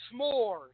s'mores